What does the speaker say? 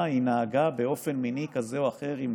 היא נהגה באופן מיני כזה או אחר עם